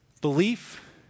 belief